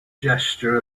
gesture